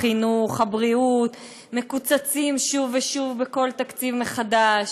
החינוך והבריאות מקוצצים שוב ושוב בכל תקציב מחדש,